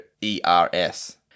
E-R-S